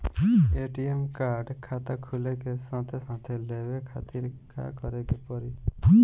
ATM card खाता खुले के साथे साथ लेवे खातिर का करे के पड़ी?